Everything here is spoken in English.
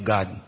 God